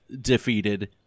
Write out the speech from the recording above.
defeated